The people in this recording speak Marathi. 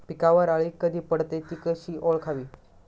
पिकावर अळी कधी पडते, ति कशी ओळखावी?